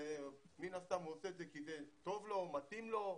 זה מן הסתם הוא עושה את זה כי טוב לו, מתאים לו,